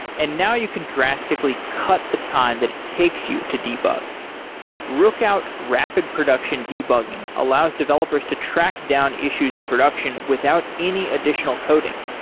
and now you can drastically cut the time that it takes you to debug rookout rapid production debugging allows developers to track down issues in production without any additional coding.